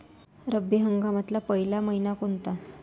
रब्बी हंगामातला पयला मइना कोनता?